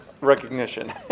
recognition